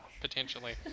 Potentially